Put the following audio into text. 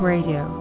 Radio